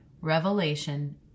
Revelation